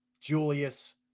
Julius